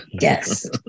yes